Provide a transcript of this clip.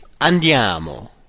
andiamo